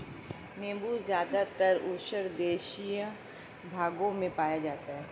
नीबू ज़्यादातर उष्णदेशीय भागों में पाया जाता है